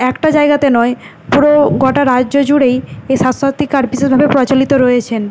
একটা জায়গাতে নয় পুরো গোটা রাজ্য জুড়েই এই স্বাস্থ্য সাথী কার্ড বিশেষভাবে প্রচলিত রয়েছেন